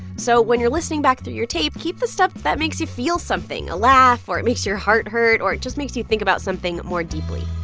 so when you're listening back through your tape, keep the stuff that makes you feel something, a laugh. or it makes your heart hurt, or it just makes you think about something more deeply